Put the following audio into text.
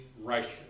righteous